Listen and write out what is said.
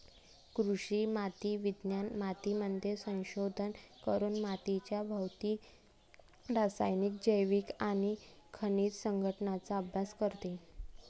कृषी माती विज्ञान मातीमध्ये संशोधन करून मातीच्या भौतिक, रासायनिक, जैविक आणि खनिज संघटनाचा अभ्यास करते